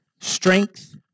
strength